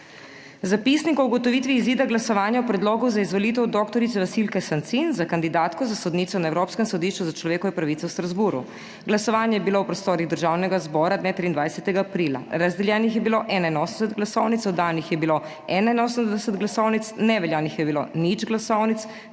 Zapisnik o ugotovitvi izida glasovanja o Predlogu za izvolitev dr. Vasilke Sancin za kandidatko za sodnico na Evropskem sodišču za človekove pravice v Strasbourgu. Glasovanje je bilo v prostorih Državnega zbora dne 23. aprila. Razdeljenih je bilo 81 glasovnic, oddanih je bilo 81 glasovnic, neveljavnih je bilo nič glasovnic,